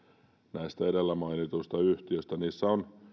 näistä edellä mainituista yhtiöistä luopua hitustakaan niissä on